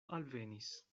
alvenis